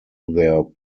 their